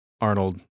Arnold